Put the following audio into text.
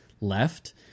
left